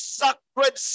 sacred